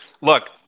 look